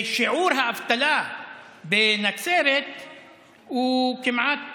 שיעור האבטלה בנצרת הוא כמעט